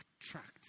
attract